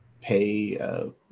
pay